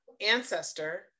ancestor